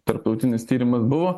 tarptautinis tyrimas buvo